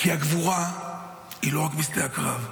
כי הגבורה היא לא רק בשדה הקרב,